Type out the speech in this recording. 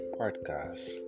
Podcast